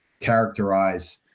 characterize